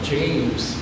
James